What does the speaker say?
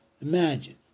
imagine